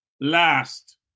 last